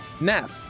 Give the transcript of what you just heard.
Nap